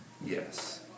Yes